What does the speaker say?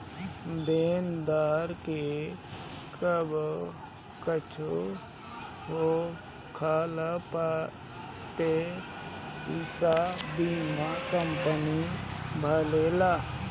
देनदार के कुछु होखला पे पईसा बीमा कंपनी भरेला